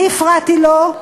אני הפרעתי לו,